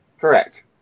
correct